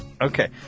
Okay